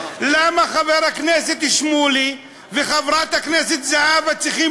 למה חבר הכנסת שמולי וחברת הכנסת זהבה צריכים